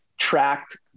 tracked